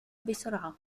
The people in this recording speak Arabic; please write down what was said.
بسرعة